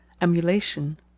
emulation